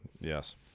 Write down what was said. Yes